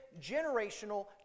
generational